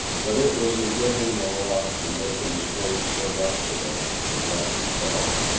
but it was in giving the law and making his mates live up to it, that buck excelled.